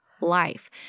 life